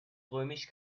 römisch